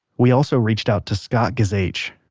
we also reached out to scott guzewich,